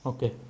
Okay